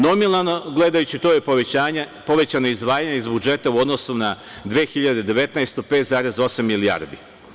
Nominalno gledajući, to je povećano izdvajanje iz budžeta u odnosu na 2019. godinu 5,8 milijardi.